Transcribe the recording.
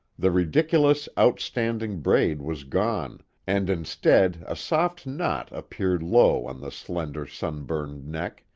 the ridiculous, outstanding braid was gone, and instead, a soft knot appeared low on the slender, sun-burned neck,